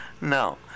No